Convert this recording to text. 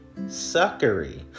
suckery